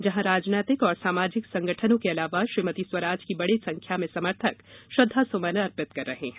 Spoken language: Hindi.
जहां राजनैतिक और सामाजिक संगठनों के अलावा श्रीमति स्वराज के बड़ी संख्या में समर्थक श्रद्धासुमन अर्पित कर रहे हैं